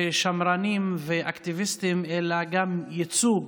שמרנים ואקטיביסטים, אלא גם על ייצוג